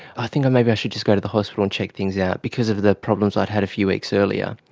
i think maybe i should just go to the hospital and check things out, because of the problems i've had a few weeks earlier.